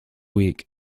week